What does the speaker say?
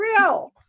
real